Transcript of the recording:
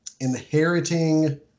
inheriting